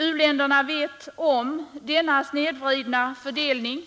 U-länderna vet om denna snedvridna fördelning